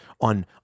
on